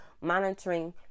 Monitoring